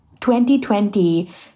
2020